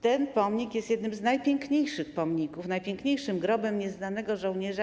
Ten pomnik jest jednym z najpiękniejszych pomników, najpiękniejszym grobem nieznanego żołnierza.